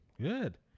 Good